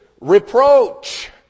reproach